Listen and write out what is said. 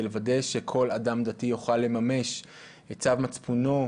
לוודא שכל אדם דתי יוכל לממש את צו מצפונו,